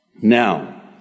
now